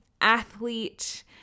athlete